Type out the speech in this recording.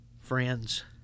Friends